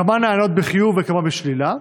כמה נענות בחיוב וכמה בשלילה?